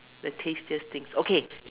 the tastiest things okay